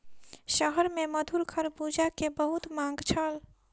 शहर में मधुर खरबूजा के बहुत मांग छल